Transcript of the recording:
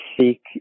seek